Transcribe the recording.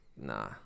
nah